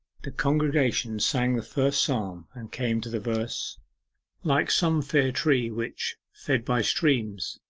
the congregation sang the first psalm and came to the verse like some fair tree which, fed by streams,